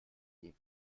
dem